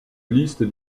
liste